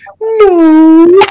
No